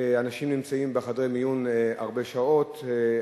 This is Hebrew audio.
אנשים נמצאים בחדרי מיון הרבה שעות,